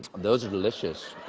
those are delicious.